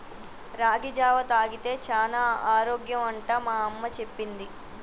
రాగి జావా తాగితే చానా ఆరోగ్యం అంట మా అమ్మ చెప్పింది